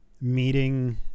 meeting